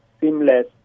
seamless